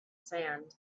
sand